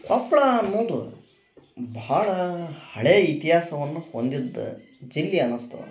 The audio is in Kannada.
ಕೊಪ್ಪಳ ಅನ್ನೊದು ಭಾಳಾ ಹಳೆಯ ಇತಿಹಾಸವನ್ನು ಹೊಂದಿರ್ತ ಜಿಲ್ಲೆ ಅನಸ್ತು